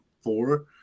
four